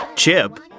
Chip